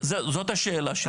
זאת השאלה שלי.